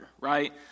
right